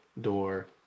door